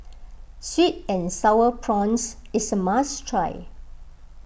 Sweet and Sour Prawns is a must try